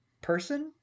person